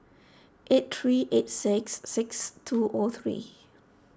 eight three eight six six two O three